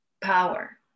power